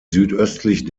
südöstlich